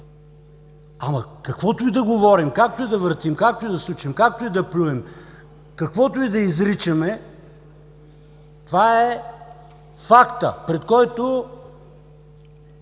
Каквото и да говорим, както и да въртим, както и да сучем, както и да плюем, каквото и да изричаме, това е фактът, пред който